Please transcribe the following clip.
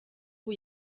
ubu